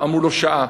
אמרו לו: שעה.